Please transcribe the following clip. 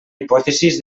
hipòtesi